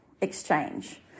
exchange